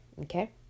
okay